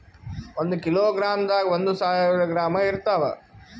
ಒಂದ್ ಕಿಲೋಗ್ರಾಂದಾಗ ಒಂದು ಸಾವಿರ ಗ್ರಾಂ ಇರತಾವ